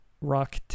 rock